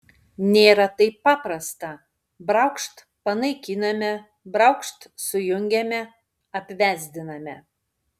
nėra taip paprasta braukšt panaikiname braukšt sujungiame apvesdiname